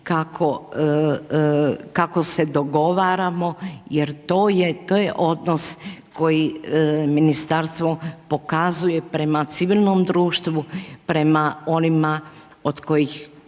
kako se dogovaramo jer to je, to je odnos koji ministarstvo pokazuje prema civilnom društvu, prema onima od kojih